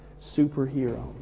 superhero